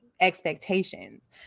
expectations